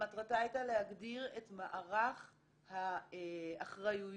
-- שמטרתה הייתה להגדיר את מערך האחרויות